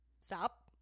stop